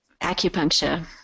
acupuncture